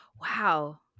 Wow